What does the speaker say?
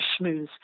schmooze